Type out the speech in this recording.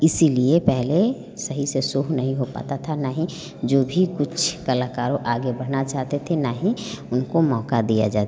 इसलिए पहले सही से शो नहीं हो पाता था ना ही जो भी कुछ कलाकार आगे करना चाहते थे ना ही उनको मौक़ा दिया जाता